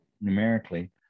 numerically